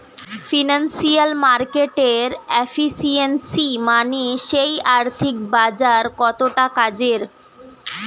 financial মার্কেটের efficiency মানে সেই আর্থিক বাজার কতটা কাজের